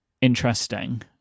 interesting